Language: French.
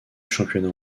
championnat